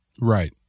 Right